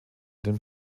den